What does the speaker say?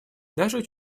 даже